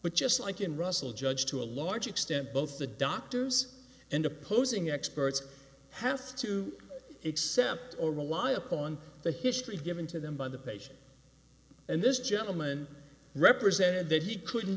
but just like in russell judge to a large extent both the doctors and opposing experts have to accept or rely upon the history given to them by the patient and this gentleman represented that he couldn't